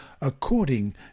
according